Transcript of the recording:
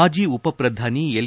ಮಾಜಿ ಉಪಪ್ರಧಾನಿ ಎಲ್